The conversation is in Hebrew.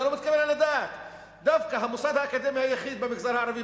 זה לא מתקבל על הדעת: דווקא המוסד האקדמי היחיד במגזר הערבי,